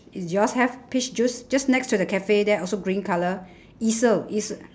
is yours have peach juice just next to the cafe there also green colour easel eas~